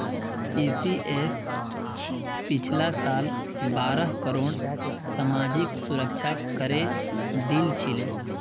TCS पिछला साल बारह करोड़ सामाजिक सुरक्षा करे दिल छिले